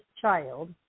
child